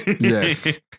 Yes